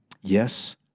yes